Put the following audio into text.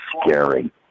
scary